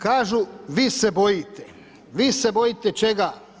Kažu vi se bojite, vi se bojite čega?